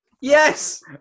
Yes